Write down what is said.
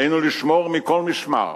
עלינו לשמור מכל משמר